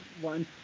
one